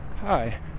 Hi